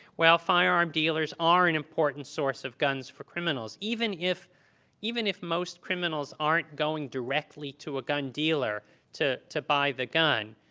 well, firearm dealers are an important source of guns for criminals, even if even if most criminals aren't going directly to a gun dealer to to buy the gun.